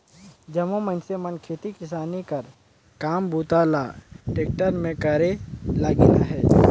जम्मो मइनसे मन खेती किसानी कर काम बूता ल टेक्टर मे करे लगिन अहे